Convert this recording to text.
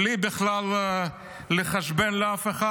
בלי בכלל לחשבן לאף אחד,